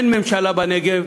אין ממשלה בנגב.